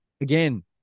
again